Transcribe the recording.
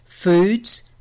Foods